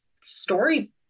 story